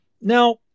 Now